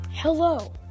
hello